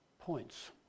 points